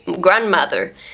grandmother